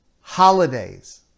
holidays